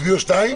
הצביעו שניים?